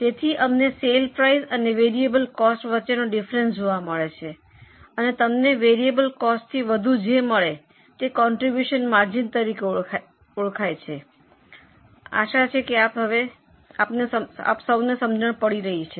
તેથી અમને sale price અને વેરિયેબલ કોસ્ટ વચ્ચેનો ડિફરન્સ જોવા મળે છે અને તમને વેરિયેબલ કોસ્ટથી વધુ જે મળે છે તે કોન્ટ્રીબ્યુશન માર્જિન તરીકે ઓળખાય છે શું તમે સમજો છો